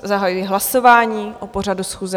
Zahajuji hlasování o pořadu schůze.